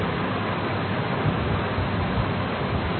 ছাত্র ছাত্রীঃ